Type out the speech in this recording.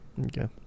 Okay